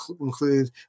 include